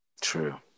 True